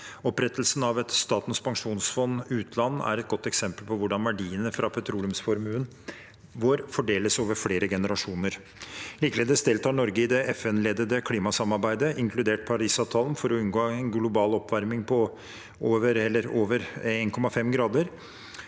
Opprettelsen av et Statens pensjonsfond utland er et godt eksempel på hvordan verdiene fra petroleumsformuen vår fordeles over flere generasjoner. Likeledes deltar Norge i det FN-ledede klimasamarbeidet, inkludert Parisavtalen, for å unngå en global oppvarming på over 1,5 grader.